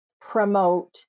promote